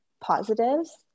positives